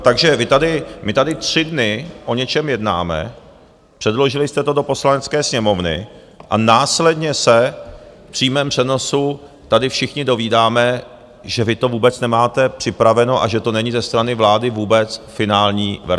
Takže my tady tři dny o něčem jednáme, předložili jste to do Poslanecké sněmovny a následně se v přímém přenosu tady všichni dovídáme, že vy to vůbec nemáte připraveno a že to není ze strany vlády vůbec finální verze.